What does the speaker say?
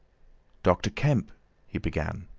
doctor kemp he began,